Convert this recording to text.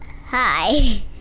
Hi